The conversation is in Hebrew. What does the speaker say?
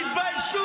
אתם סיעה לא ציונית.